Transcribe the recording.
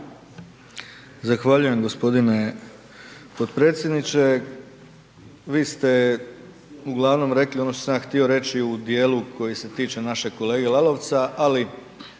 Zahvaljujem g. potpredsjedniče. Vi ste uglavnom rekli ono što sam ja htio reći u djelu koji se tiče našeg kolege Lalovca ali